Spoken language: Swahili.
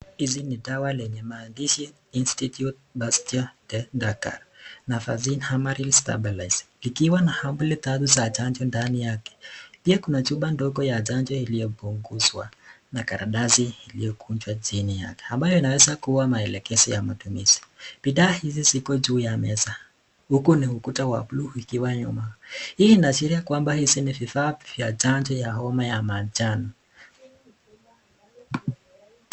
Hizi ni dawa yenye maandishi Institute Pasteur de Dakar na Faisin Hammarsley Stabilize . Ikiwa na ampuli tatu za chanjo ndani yake. Pia kuna chupa ndogo ya chanjo iliyopunguzwa na karatasi iliyokunjwa chini yake ambayo inaweza kuwa maelekezo ya matumizi. Bidhaa hizi ziko juu ya meza huku ni ukuta wa blue ukiwa nyuma. Hii inaashiria kwamba hizi ni vifaa vya chanjo ya homa ya manjano.